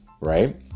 Right